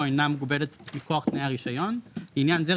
אינה מוגבלת מכוח תנאי הרישיון; לעניין זה,